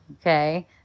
Okay